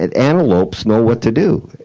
and antelopes know what to do,